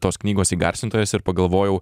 tos knygos įgarsintojas ir pagalvojau